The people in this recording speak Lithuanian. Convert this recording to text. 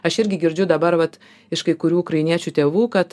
aš irgi girdžiu dabar vat iš kai kurių ukrainiečių tėvų kad